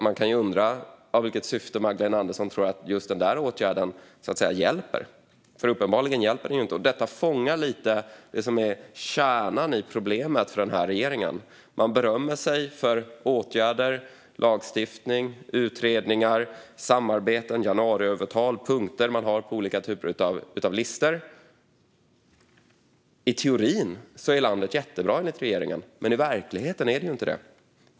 Man kan undra i vilket syfte Magdalena Andersson tror att just denna åtgärd hjälper, för uppenbarligen gör den inte det. Detta fångar lite grann det som är kärnan i problemet för den här regeringen. Man berömmer sig för åtgärder, lagstiftning, utredningar, samarbeten, januariavtal och punkter man har på olika typer av listor. I teorin är landet enligt regeringen jättebra. Men i verkligheten är det inte det.